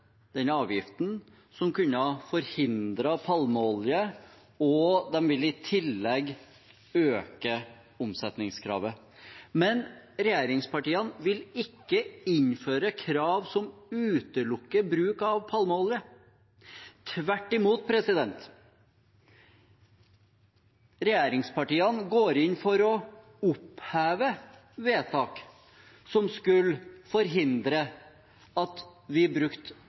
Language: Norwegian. den avgiften som kunne forhindret bruk av palmeolje, og de vil i tillegg øke omsetningskravet. Men regjeringen vil ikke innføre krav som utelukker bruk av palmeolje. Tvert imot, regjeringspartiene går inn for å oppheve vedtak som skulle forhindre